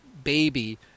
Baby